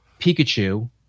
Pikachu